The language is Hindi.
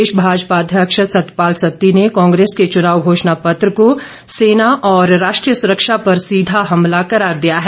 प्रदेश भाजपा अध्यक्ष सतपाल सिंह सत्ती ने कांग्रेस के चुनाव घोषणापत्र को सेना और राष्ट्रीय सुरक्षा पर सीधा हमला करार दिया है